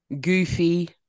goofy